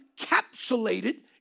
capsulated